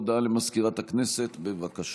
הודעה למזכירת הכנסת, בבקשה.